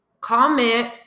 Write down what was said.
comment